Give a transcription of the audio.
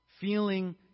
feeling